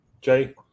Jay